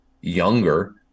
younger